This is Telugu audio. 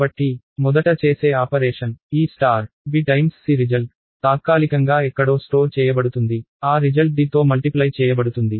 కాబట్టి మొదట చేసే ఆపరేషన్ ఈ స్టార్ b c రిజల్ట్ తాత్కాలికంగా ఎక్కడో స్టోర్ చేయబడుతుంది ఆ రిజల్ట్ d తో మల్టిప్లై చేయబడుతుంది